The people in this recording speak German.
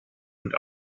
und